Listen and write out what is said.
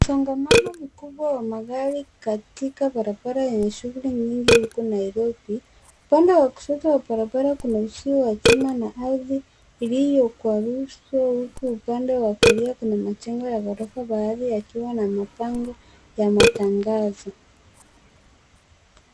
Msongamano mkubwa wa magari katika barabara yenye shughuli nyingi huko Nairobi, upande wa kushoto wa barabara kuna uzio wa chuma na ardhi iliyokwaruzwa huku upande wa kulia kuna majengo ya ghorofa baadhi yakiwa na mabango ya matangazo.